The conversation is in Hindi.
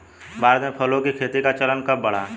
भारत में फलों की खेती का चलन कब बढ़ा?